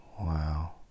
wow